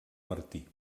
martí